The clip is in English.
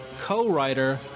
co-writer